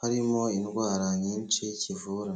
harimo indwara nyinshi kivura.